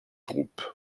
groupes